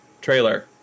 trailer